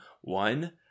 One